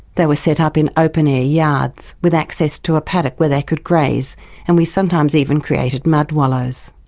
they were set up in open-air yards with access to a paddock where they could graze and we sometimes even created mud wallows.